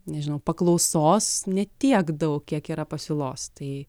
nežinau paklausos ne tiek daug kiek yra pasiūlos tai